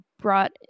brought